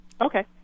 Okay